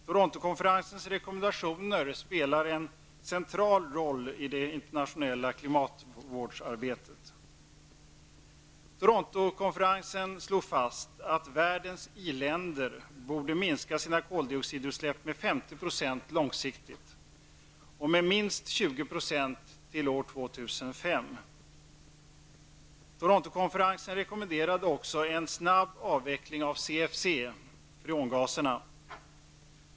Torontokonferensens rekommendationer spelar en central roll i det internationella klimatvårdsarbetet. Torontokonferensen slog fast att världens i-länder långsiktigt borde minska sina koldioxidutsläpp med Torontokonferensen rekommenderade också en snabb avveckling av CFC, freongaserna.